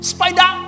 Spider